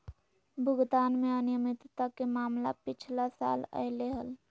भुगतान में अनियमितता के मामला पिछला साल अयले हल